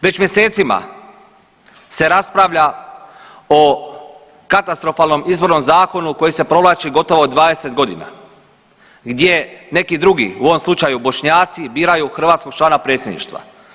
Već mjesecima se raspravlja o katastrofalnom izbornom zakonu koji se provlači gotovo 20 godina, gdje neki drugi, u ovom slučaju Bošnjaci biraju hrvatskog člana Predsjedništva.